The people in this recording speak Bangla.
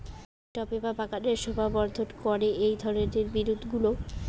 বাড়ির টবে বা বাগানের শোভাবর্ধন করে এই ধরণের বিরুৎগুলো